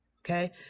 Okay